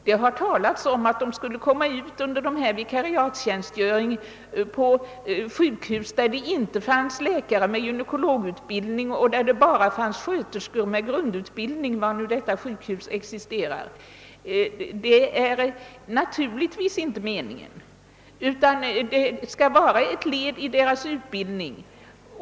Det har talats om att eleverna under denna vikariatstjänsgöring kan komma att arbeta på sjukhus, där det inte finns läkare med gynekologutbildning och bara sjuksköterskor med grundutbildning — var nu detta sjukhus existerar. Det är naturligtvis inte meningen, utan denna tjänstgöring skall vara ett led i deras utbildning.